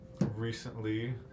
recently